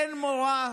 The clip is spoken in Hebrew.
אין מורא,